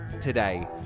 today